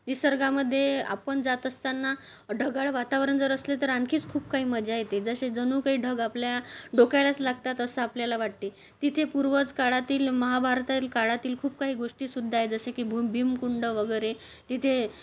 निसर्गामध्ये आपण जात असताना ढगाळ वातावरण जर असले तर आणखीच खूप काही मजा येते जसे जणू काही ढग आपल्या डोक्यालाच लागतात असं आपल्याला वाटते तिथे पूर्वज काळातील महाभारत काळातील खूप काही गोष्टीसुद्धा आहे जसे की भू भीमकुंड वगैरे तिथे